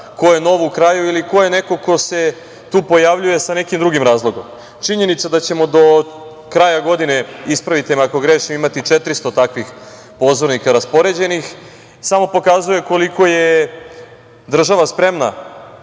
ko je nov u kraju ili ko je neko ko se tu pojavljuje sa nekim drugim razlogom. Činjenica da ćemo do kraja godine, ispravite me ako grešim, imati 400 takvih pozornika raspoređenih samo pokazuje koliko je država spremna